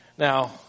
Now